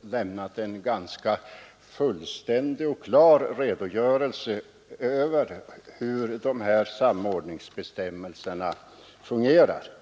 lämnat en ganska fullständig och klar redogörelse över hur dessa samordningsbestämmelser fungerar.